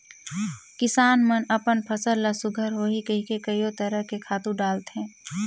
किसान मन अपन फसल ल सुग्घर होही कहिके कयो तरह के खातू डालथे